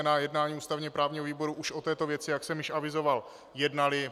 Na jednání ústavněprávního výboru jsme už o této věci, jak jsem již avizoval, jednali.